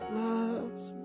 loves